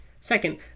Second